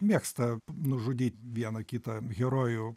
mėgsta nužudyt vieną kitą herojų